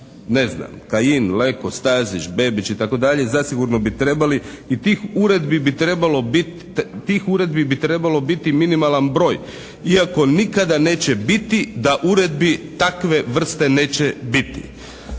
ne znam Kajin, Leko, Stazić, Bebić itd. zasigurno bi trebali i tih uredbi bi trebalo biti minimalan broj iako nikada neće biti da uredbi takve vrste neće biti